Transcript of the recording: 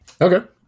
Okay